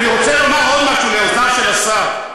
אני רוצה לומר עוד משהו, לאוזניו של השר.